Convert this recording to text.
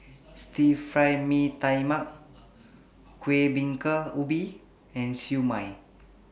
Stir Fry Mee Tai Mak Kuih Bingka Ubi and Siew Mai